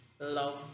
love